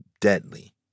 deadly